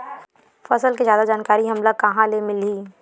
फसल के जादा जानकारी हमला कहां ले मिलही?